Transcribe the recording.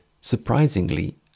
surprisingly